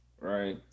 Right